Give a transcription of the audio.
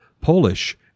Polish